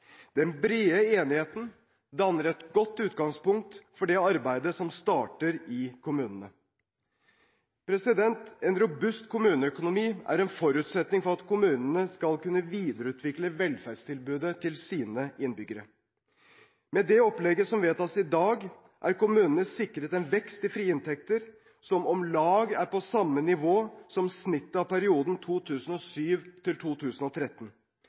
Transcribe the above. Den brede enigheten danner et godt utgangspunkt for det arbeidet som starter i kommunene. En robust kommuneøkonomi er en forutsetning for at kommunene skal kunne videreutvikle velferdstilbudet til sine innbyggere. Med det opplegget som vedtas i dag, er kommunene sikret en vekst i frie inntekter som er på om lag samme nivå som snittet i perioden 2007–2013. Etter at kostnadene til